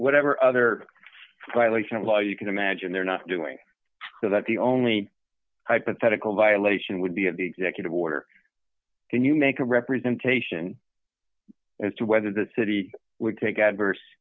whatever other violation of law you can imagine they're not doing so that the only hypothetical violation would be of the executive order can you make a representation as to whether the city would take adverse